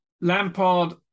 Lampard